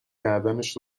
کردنش